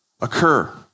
occur